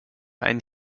ein